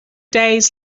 days